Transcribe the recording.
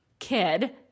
kid